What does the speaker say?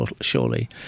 surely